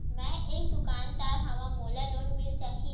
मै एक दुकानदार हवय मोला लोन मिल जाही?